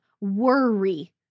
worry